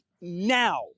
now